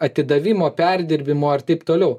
atidavimo perdirbimo ir taip toliau